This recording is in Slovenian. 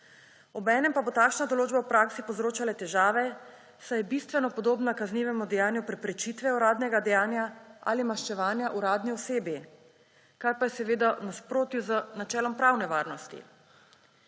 Obenem pa bo takšna določba v praksi povzročala težave, saj je bistveno podobna kaznivemu dejanju preprečitve uradnega dejanja ali maščevanja uradni osebi, kar pa je v nasprotju z načelom pravne varnosti.